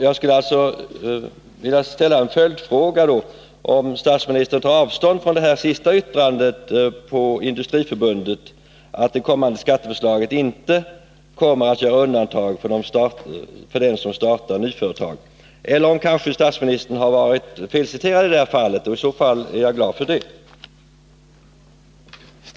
Jag skulle därför vilja ställa en följdfråga, om statsministern tar avstånd från det sista yttrandet på Industriförbundet, att det kommande skatteförslaget inte kommer att göra undantag för dem som startar nya företag, eller om statsministern kanske varit felciterad därvidlag. I så fall är jag glad för det.